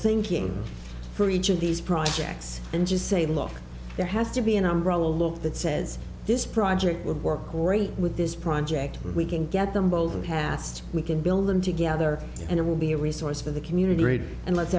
thinking for each of these projects and just say look there has to be an umbrella look that says this project will work great with this project we can get them both in the past we can build them together and it will be a resource for the community